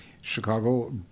Chicago